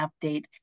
update